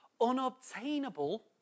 unobtainable